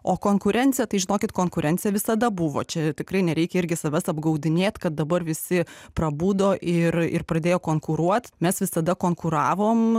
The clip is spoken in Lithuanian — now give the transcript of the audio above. o konkurencija tai žinokit konkurencija visada buvo čia tikrai nereikia irgi savęs apgaudinėt kad dabar visi prabudo ir ir pradėjo konkuruot mes visada konkuravom